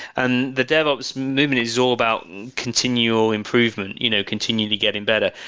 and the devops movement is all about continual improvement, you know continue to getting better.